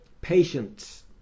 patience